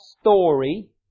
story